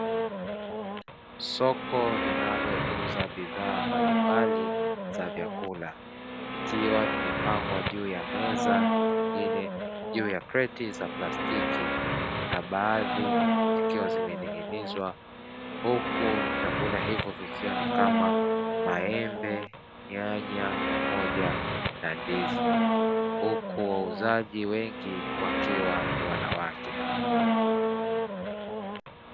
Soko linalouza bidhaa mbalimbali za vyakula vikiwa vimepangwa juu ya meza, nyingine juu ya kreti za plastiki na baadhi zikiwa zimeninginizwa huku vyakula hivo vikiwa ni kama maembe, nyanya pamoja na ndizi huku wauzaji wengi wakiwa ni wanawake.